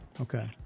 Okay